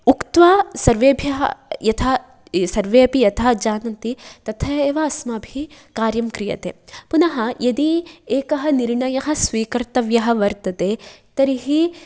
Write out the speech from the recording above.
उक्त्वा सर्वेभ्यः यथा सर्वेऽपि यथा जानन्ति तथा एव अस्माभिः कार्यं क्रियते पुनः यदि एकः निर्णयः स्वीकर्तव्यः वर्तते तर्हि